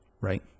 right